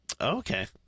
Okay